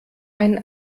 einen